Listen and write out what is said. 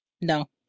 No